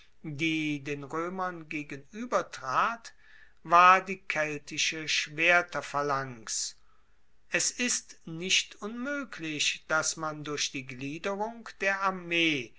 den roemern gegenuebertrat war die keltische schwerterphalanx es ist nicht unmoeglich dass man durch die gliederung der armee